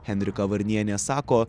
henrika varnienė sako